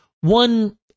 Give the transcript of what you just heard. One